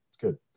Good